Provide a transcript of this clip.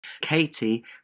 Katie